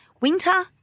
winter